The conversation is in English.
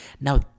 Now